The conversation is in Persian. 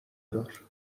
دار